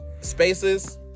spaces